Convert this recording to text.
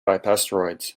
asteroids